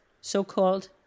so-called